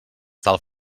tal